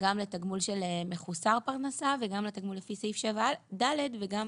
גם לתגמול של מחוסר פרנסה וגם לתגמול לפי סעיף 7(ד) וגם